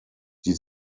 die